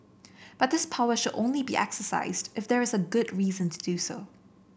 but this power should only be exercised if there is a good reason to do so